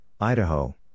Idaho